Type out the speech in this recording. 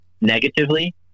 negatively